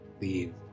leave